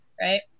right